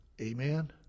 amen